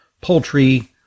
poultry